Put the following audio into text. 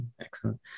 Excellent